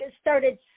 started